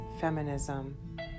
Feminism